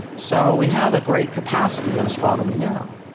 so we have a great capacity in astronomy now.